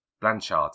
Blanchard